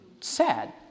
Sad